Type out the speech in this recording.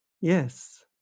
Yes